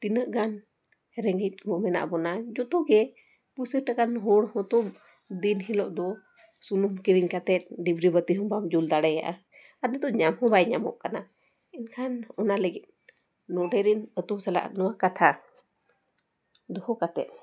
ᱛᱤᱱᱟᱹᱜ ᱜᱟᱱ ᱨᱮᱸᱜᱮᱡ ᱠᱚ ᱢᱮᱱᱟᱜ ᱵᱚᱱᱟ ᱡᱷᱚᱛᱚ ᱜᱮ ᱯᱚᱭᱥᱟ ᱴᱟᱠᱟ ᱟᱱ ᱦᱚᱲ ᱦᱚᱸᱛᱚ ᱫᱤᱱ ᱦᱤᱞᱳᱜ ᱫᱚ ᱥᱩᱱᱩᱢ ᱠᱤᱨᱤᱧ ᱠᱟᱛᱮᱫ ᱰᱤᱵᱨᱤ ᱵᱟᱹᱛᱤ ᱦᱚᱸ ᱵᱟᱢ ᱡᱩᱞ ᱫᱟᱲᱮᱭᱟᱜᱼᱟ ᱟᱫᱚ ᱱᱤᱛᱳᱜ ᱧᱟᱢ ᱦᱚᱸ ᱵᱟᱭ ᱧᱟᱢᱚᱜ ᱠᱟᱱᱟ ᱮᱱᱠᱷᱟᱱ ᱚᱱᱟ ᱞᱟᱹᱜᱤᱫ ᱱᱚᱰᱮ ᱨᱮᱱ ᱟᱛᱳ ᱥᱟᱞᱟᱜ ᱱᱚᱣᱟ ᱠᱟᱛᱷᱟ ᱫᱚᱦᱚ ᱠᱟᱛᱮᱫ